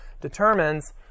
determines